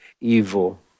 evil